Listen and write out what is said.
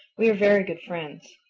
we are very good friends.